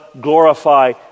glorify